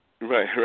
Right